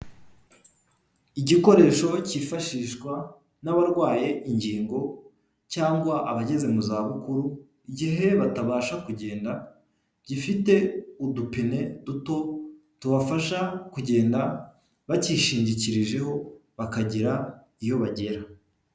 Igikoresho cyifashishwa n'abarwaye ingingo cyangwa abageze mu zabukuru igihe batabasha kugenda, gifite udupine duto tubafasha kugenda bacyishingikirijeho bakagera iyo bagera.